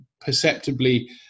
perceptibly